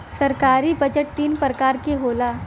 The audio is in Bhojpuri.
सरकारी बजट तीन परकार के होला